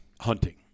Hunting